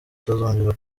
itazongera